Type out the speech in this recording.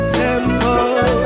temple